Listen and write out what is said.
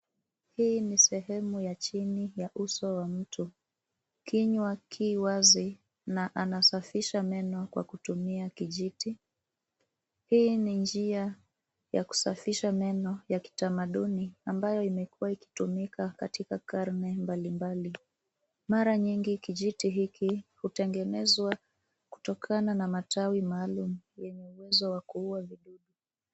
Hii ni sehemu ya chini ya uso wa mtu. Kinywa ki wazi na anasafisha meno kwa kutumia kijiti. Hii ni njia ya kusafisha meno ya kitamaduni ambayo imekuwa ikitumika katika karne mbalimbali. Mara nyingi kijiti hiki hutengenezwa kutokana na matawi maalum yenye uwezo wa kuua vidudu.